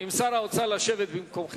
עם שר האוצר, תואילו לשבת במקומכם.